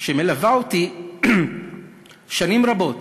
שמלווה אותי שנים רבות